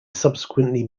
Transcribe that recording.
subsequently